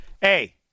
Hey